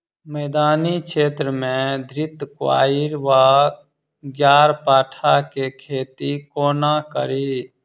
मैदानी क्षेत्र मे घृतक्वाइर वा ग्यारपाठा केँ खेती कोना कड़ी?